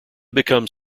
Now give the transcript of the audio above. become